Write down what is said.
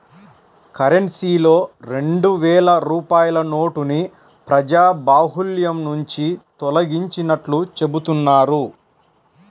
కరెన్సీలో రెండు వేల రూపాయల నోటుని ప్రజాబాహుల్యం నుంచి తొలగించినట్లు చెబుతున్నారు